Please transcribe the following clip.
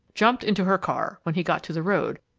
jumped into her car when he got to the road,